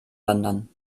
wandern